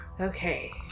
Okay